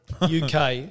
UK